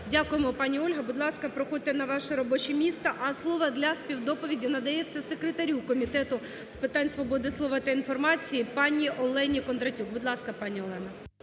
Дякую, пані Ольго, будь ласка, проходьте на ваше робоче місце. А слово для співдоповіді надається секретарю Комітету з питань свободи слова та інформації пані Олені Контратюк. Будь ласка, пані Олено.